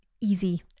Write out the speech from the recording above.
easy